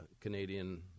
Canadian